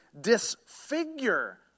disfigure